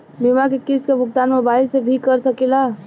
बीमा के किस्त क भुगतान मोबाइल से भी कर सकी ला?